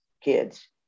kids